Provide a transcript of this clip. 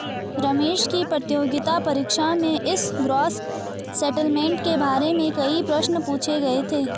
रमेश की प्रतियोगिता परीक्षा में इस ग्रॉस सेटलमेंट के बारे में कई प्रश्न पूछे गए थे